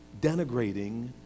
denigrating